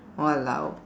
!walao!